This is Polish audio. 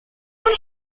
pan